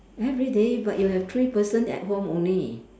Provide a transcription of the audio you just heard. everyday but you have three person at home only